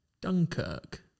Dunkirk